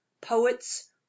poets